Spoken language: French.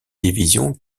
division